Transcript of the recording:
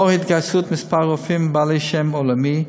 לאור התגייסות כמה רופאים בעלי שם עולמי,